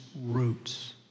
roots